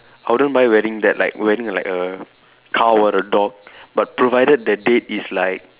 I don't mind wearing that like wearing like a cow or a dog but provided the date is like